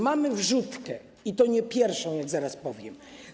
Mamy wrzutkę, i to nie pierwszą, jak zaraz powiem.